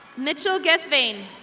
mitchell guessvein.